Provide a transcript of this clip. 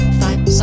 five